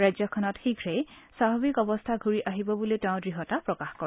ৰাজ্যখনত শীঘেই স্বাভাৱিক অৱস্থা ঘূৰি আহিব বুলিও তেওঁ দৃঢ়তা প্ৰকাশ কৰে